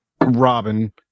Robin